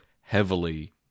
heavily